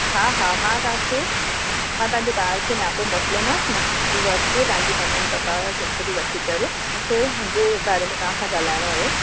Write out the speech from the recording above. हा हा मां तव्हांखे मां तव्हांजे ॿार खे नियापो मोकलियोमांसि न की उहे अचे पांहिंजी ममी पपा केहिंखे बि वठी करे मूंखे हुनजे बारे में तव्हां सां ॻाल्हाइणो हुयो